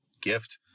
gift